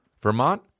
Vermont